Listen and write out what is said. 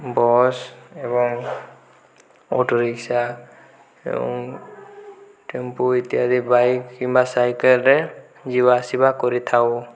bus ଏବଂ autorickshaw ଏବଂ tempo ଇତ୍ୟାଦି ବାଇକ୍ କିମ୍ବା ସାଇକେଲରେ ଯିବା ଆସିବା କରିଥାଉ